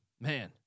man